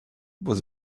was